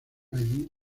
allí